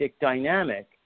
dynamic